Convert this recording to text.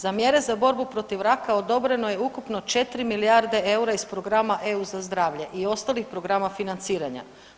Za mjere za borbu protiv raka odobreno je ukupno 4 milijarde EUR-a iz programa EU za zdravlje i ostalih programa financiranja.